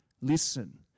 listen